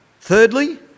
Thirdly